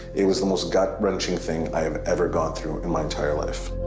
it was the most gut-wrenching thing i have ever gone through in my entire life.